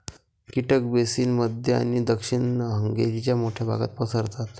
कीटक बेसिन मध्य आणि दक्षिण हंगेरीच्या मोठ्या भागात पसरतात